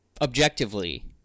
objectively